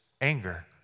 anger